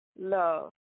love